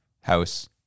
house